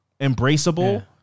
embraceable